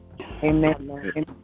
Amen